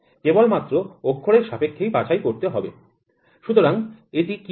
কেবলমাত্র অক্ষরের সাপেক্ষে বাছাই করতে হবে